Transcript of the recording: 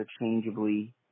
interchangeably